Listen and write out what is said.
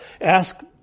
ask